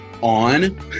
on